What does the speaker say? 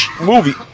movie